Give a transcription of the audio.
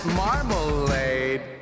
marmalade